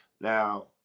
now